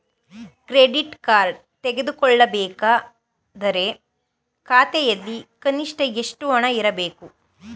Credit card ತೆಗೆದುಕೊಳ್ಳಬೇಕಾದರೆ ಖಾತೆಯಲ್ಲಿ ಕನಿಷ್ಠ ಎಷ್ಟು ಹಣ ಇರಬೇಕು?